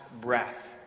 breath